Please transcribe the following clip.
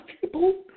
people